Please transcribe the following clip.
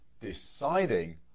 deciding